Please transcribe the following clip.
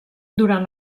durant